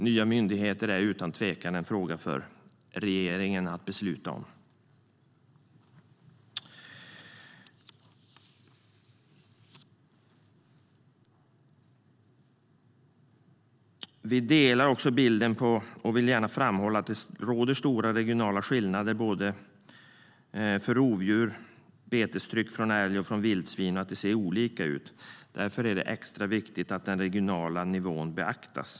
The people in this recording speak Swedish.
Nya myndigheter är utan tvekan en fråga för regeringen att besluta om. Vi delar bilden och vill gärna framhålla att det råder stora regionala skillnader vad gäller rovdjur samt betestryck från älg och vildsvin. Det ser olika ut, och därför är det extra viktigt att den regionala nivån beaktas.